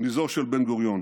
מזו של בן-גוריון: